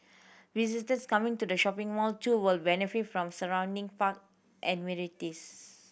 visitors coming to the shopping mall too will benefit from surrounding park amenities